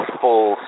full